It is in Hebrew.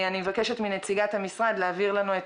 אני מבקשת מנציגת המשרד להעביר לנו את